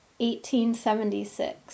1876